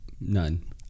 None